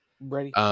Ready